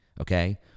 okay